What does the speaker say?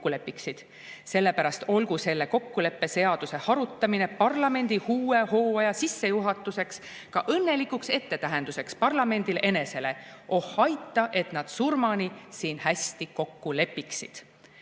Sellepärast olgu selle kokkuleppe seaduse harutamine parlamendi uue hooaja sissejuhatuseks ka õnnelikuks ettetähenduseks parlamendile enesele: oh aita, et nad surmani siin hästi kokku lepiksid!"